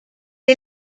est